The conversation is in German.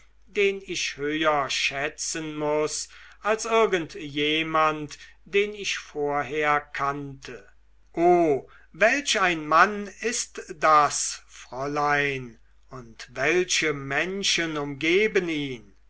den ich höher schätzen muß als irgend jemand den ich vorher kannte o welch ein mann ist das fräulein und welche menschen umgeben ihn